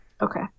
Okay